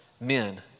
men